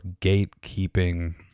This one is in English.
gatekeeping